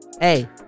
Hey